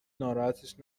ناراحتش